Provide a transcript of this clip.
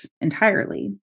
entirely